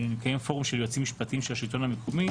אני מקיים פורום של יועצים משפטיים של השלטון המקומי,